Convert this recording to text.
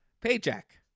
paycheck